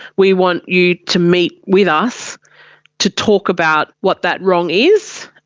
we want you to meet with us to talk about what that wrong is,